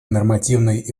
нормативной